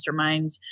masterminds